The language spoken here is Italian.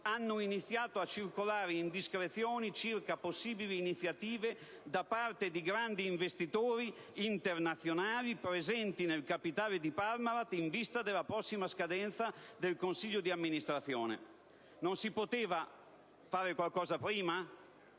hanno iniziato a circolare indiscrezioni circa possibili iniziative da parte di grandi investitori internazionali presenti nel capitale di Parmalat, in vista della prossima scadenza del consiglio di amministrazione. Non si poteva fare qualcosa prima,